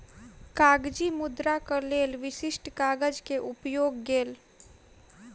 कागजी मुद्राक लेल विशिष्ठ कागज के उपयोग गेल